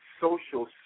social